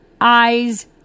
eyes